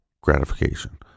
gratification